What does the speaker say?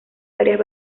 varias